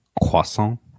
croissant